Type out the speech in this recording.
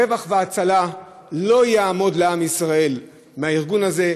רווח והצלה לא יעמוד לעם ישראל מהארגון הזה,